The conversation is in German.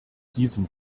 diesem